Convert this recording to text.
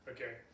Okay